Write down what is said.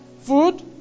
Food